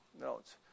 notes